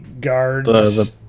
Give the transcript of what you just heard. guards